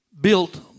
built